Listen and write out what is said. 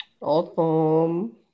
awesome